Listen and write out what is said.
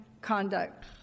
conduct